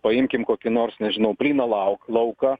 paimkim kokį nors nežinau plyną lau lauką